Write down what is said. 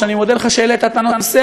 ואני מודה לך שהעלית את הנושא,